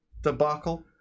debacle